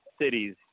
cities